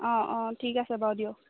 অঁ অঁ ঠিক আছে বাৰু দিয়ক